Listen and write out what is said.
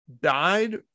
died